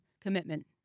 commitment